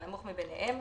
הנמוך מביניהם,